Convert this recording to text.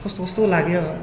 कस्तो कस्तो लाग्यो